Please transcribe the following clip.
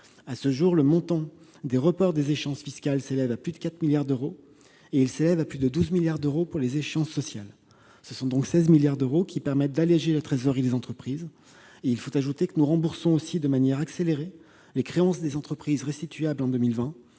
À ce jour, le montant des reports d'échéances fiscales s'élève à plus de 4 milliards d'euros et à plus de 12 milliards d'euros pour les échéances sociales. Ce sont donc 16 milliards d'euros qui permettront d'alléger la trésorerie des entreprises concernées. Nous remboursons, en outre, de manière accélérée les créances des entreprises restituables en 2020